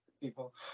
people